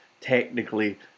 technically